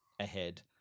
ahead